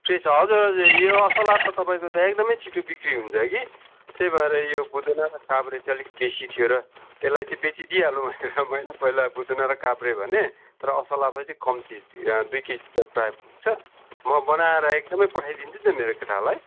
fresh हजुर हजुर यो असला त तपाईँको त एकदमै छिटो बिक्री हुन्छ कि त्यही भएर यो बुदुना र काब्रे चाहिँ अलिक बेसी थियो र त्यसलाई चाहिँ बेचिदिइहालौँ भनेर मैले पहिला बुदुना र काब्रे भनेँ तर असला चाहिँ कम्ती दुई केजी त प्रायः पुग्छ म बनाएर एकदमै पठाइदिन्छु नि त मेरो केटालाई